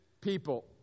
people